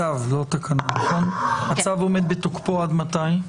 הצו עומד בתוקפו עד מתי?